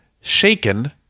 shaken